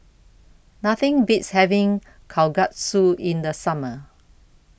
Nothing Beats having Kalguksu in The Summer